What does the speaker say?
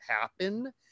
happen